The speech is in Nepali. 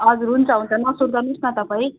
हजुर हुन्छ हुन्छ नसुर्ताउनोस् न तपाईँ